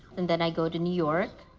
and then i go to new york.